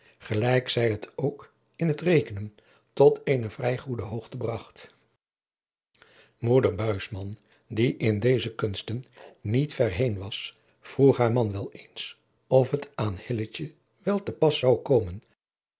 gelijk zij het ook in het rekenen tot eene vrij goede hoogte bragt moeder buisman die in deze kunsten niet ver heen was vroeg haar man wel eens of het aan hilletje wel te pas zou komen